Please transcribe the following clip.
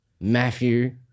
Matthew